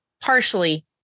partially